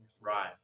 Right